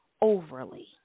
overly